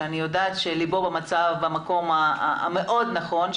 שאני יודעת שליבו במקום המאוד נכון.